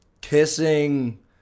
kissing